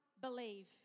believe